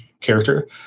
character